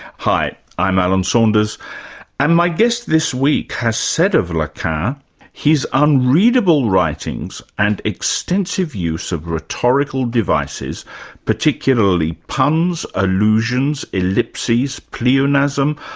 hi, i'm alan saunders and my guest this week has said of lacan his unreadable writings and an extensive use of rhetorical devices particularly, puns, allusions, ellipses, pleonasm,